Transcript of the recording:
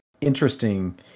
interesting